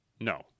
No